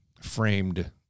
Framed